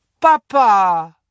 Papa